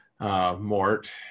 Mort